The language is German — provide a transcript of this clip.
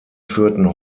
führten